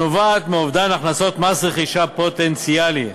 הנובעת מאובדן הכנסות מס רכישה פוטנציאלי.